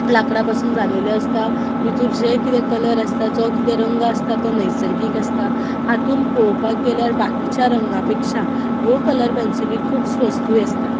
लांकडा पासून बादिल्यो आसा भितूर जे किदें कलर आसता जो किदें रंग आसता तो नैर्सर्गीक आसता हातूंन पोळोपाक गेल्यार बाकीच्या रंगा पेक्षा ह्यो कलर पेन्सिली खूब स्वस्तूय आसता